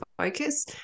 focus